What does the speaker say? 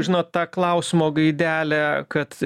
žinot ta klausimo gaidelė kad